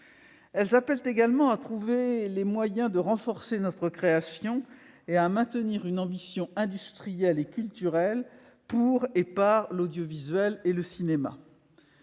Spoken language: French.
Elles exigent également de trouver les moyens de renforcer notre création et de maintenir une ambition industrielle et culturelle pour et par l'audiovisuel et le cinéma.